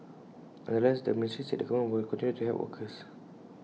nonetheless the ministry said the government will continue to help workers